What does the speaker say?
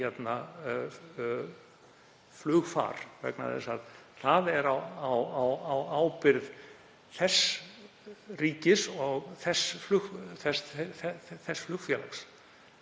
borð í flugfar vegna þess að það er á ábyrgð þess ríkis og þess flugfélags.